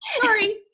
sorry